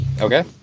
Okay